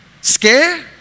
Scare